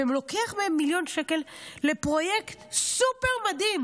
ולוקח מהן מיליון שקל, מפרויקט סופר-מדהים,